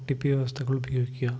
T P വ്യവസ്ഥകൾ ഉപയോഗിക്കുക